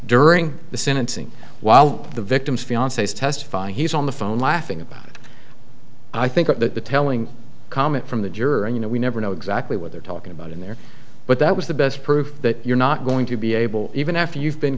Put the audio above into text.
during the sentencing while the victim's fiance is testifying he's on the phone laughing about i think the telling comment from the juror and you know we never know exactly what they're talking about in there but that was the best proof that you're not going to be able even after you've been